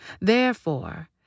Therefore